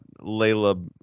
Layla